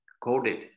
coded